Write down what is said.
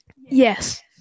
Yes